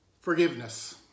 Forgiveness